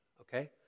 Okay